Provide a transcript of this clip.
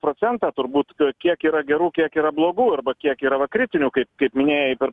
procentą turbūt kiek yra gerų kiek yra blogų arba kiek yra va kritinių kaip kaip minėjai per